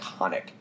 iconic